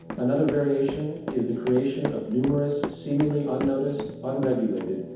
another variation is the creation of numerous, seemingly unnoticed, unregulated,